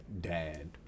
dad